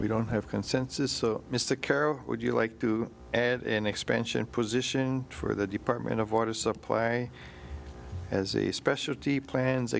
we don't have consensus so mr carroll would you like to add an expansion position for the department of water supply as a specialty plans